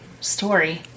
story